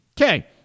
Okay